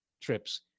trips